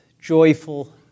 joyful